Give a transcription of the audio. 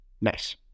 Nice